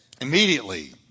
Immediately